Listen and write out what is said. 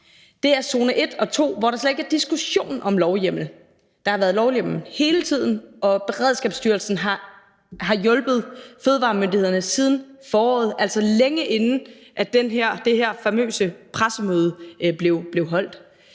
Det er zone 1 og 2, hvor der slet ikke er diskussion om lovhjemmel. Der har været lovhjemmel hele tiden, og Beredskabsstyrelsen har hjulpet fødevaremyndighederne siden foråret, altså, længe inden det her famøse pressemøde blev holdt.